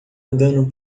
andando